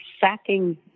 sacking